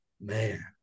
Man